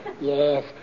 Yes